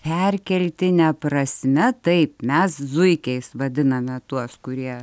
perkeltine prasme taip mes zuikiais vadiname tuos kurie